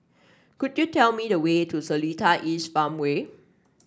could you tell me the way to Seletar East Farmway